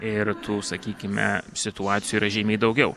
ir tų sakykime situacijų yra žymiai daugiau